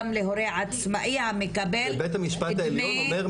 גם להורה עצמאי המקבל --- בית המשפט העליון אומר,